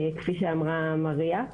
כפי שאמרה מריה.